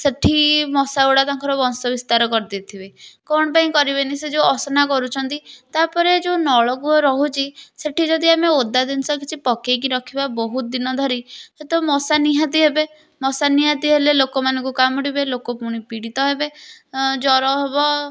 ସେଠି ମାଶାଗୁଡ଼ା ତାଙ୍କର ବଂଶବିସ୍ତାର କରିଦେଇଥିବେ କ'ଣ ପାଇଁ କରିବେନି ସେ ଯେଉଁ ଅସନା କରୁଛନ୍ତି ତାପରେ ଯେଉଁ ନଳକୂଅ ରହୁଛି ସେଠି ଯଦି ଆମେ ଓଦା ଜିନିଷ କିଛି ପକେଇକି ରଖିବା ବହୁତ ଦିନ ଧରି ସେ ତ ମଶା ନିହାତି ହେବେ ମଶା ନିହାତି ହେଲେ ଲୋକମାନଙ୍କୁ କାମୁଡ଼ିବେ ଲୋକପୁଣି ପୀଡ଼ିତ ହେବେ ଜ୍ଵର ହେବ